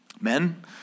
Men